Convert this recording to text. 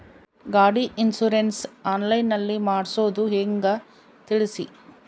ಗಾಡಿ insurance online ನಲ್ಲಿ ಮಾಡ್ಸೋದು ಹೆಂಗ ತಿಳಿಸಿ?